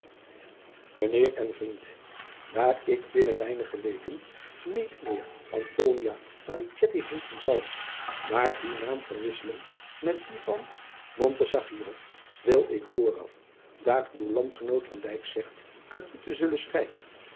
de volgende aar ik binnen weinige weken niet meer heeten zal maar dien naam verwisselen met dien van wil ik vooraf daar uw andgenoot zegt aan u te zullen schrijven